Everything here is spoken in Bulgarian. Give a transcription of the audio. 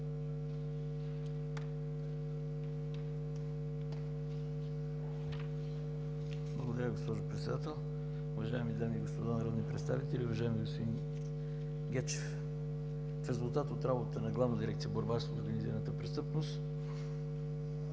Благодаря Ви, госпожо Председател. Уважаеми дами и господа народни представители, уважаеми господин Гечев! В резултат от работата на Главна дирекция „Борба с организираната престъпност“